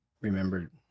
remembered